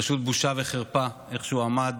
פשוט בושה וחרפה איך שהוא עמד